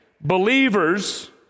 Believers